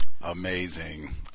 Amazing